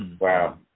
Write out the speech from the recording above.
Wow